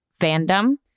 fandom